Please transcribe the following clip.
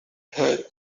her